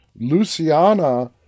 Luciana